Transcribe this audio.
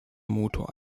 motor